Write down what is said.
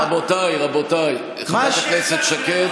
רבותיי, רבותיי, חברת הכנסת שקד,